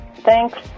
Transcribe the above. thanks